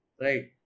Right